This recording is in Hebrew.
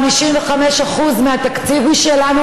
55% מהתקציב הוא שלנו,